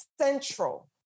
central